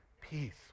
peace